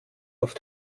auf